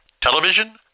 television